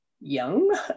young